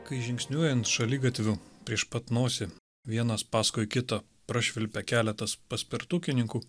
kai žingsniuojant šaligatviu prieš pat nosį vienas paskui kitą prašvilpia keletas paspirtukininkų